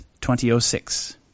2006